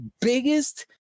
biggest